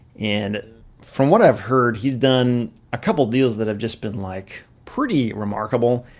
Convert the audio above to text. and from what i've heard, he's done a couple of deals that have just been, like, pretty remarkable,